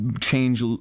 change